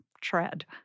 tread